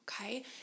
Okay